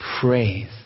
Praise